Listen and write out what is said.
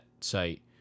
site